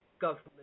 government